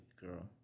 girl